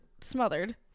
smothered